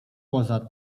poza